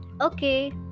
Okay